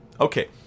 Okay